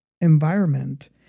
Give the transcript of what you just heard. environment